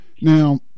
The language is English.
Now